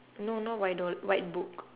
no not white door white book